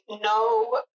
no